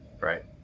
Right